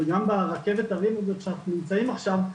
ברכבת ההרים הזאת שאנחנו נמצאים בה עכשיו,